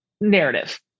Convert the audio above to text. narrative